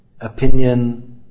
opinion